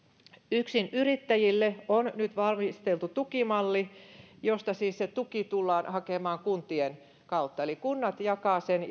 yksinyrittäjille on nyt valmisteltu tukimalli josta siis se tuki tullaan hakemaan kuntien kautta eli kunnat jakavat sen